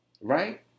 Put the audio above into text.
right